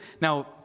Now